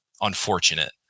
unfortunate